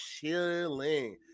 chilling